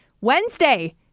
Wednesday